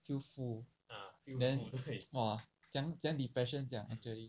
feel full then !wah! 怎样怎样 depression 这样 actually